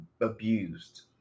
abused